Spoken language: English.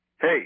Hey